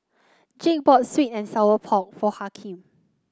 Jake bought sweet and Sour Pork for Hakim